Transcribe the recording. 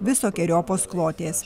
visokeriopos kloties